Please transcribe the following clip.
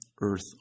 Earth